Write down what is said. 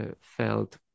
felt